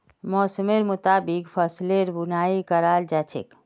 मौसमेर मुताबिक फसलेर बुनाई कराल जा छेक